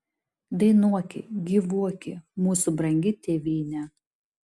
dainuoki gyvuoki mūsų brangi tėvyne